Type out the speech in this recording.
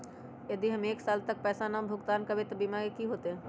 यदि हम एक साल तक पैसा भुगतान न कवै त हमर बीमा के की होतै?